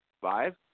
Five